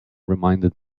reminded